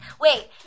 Wait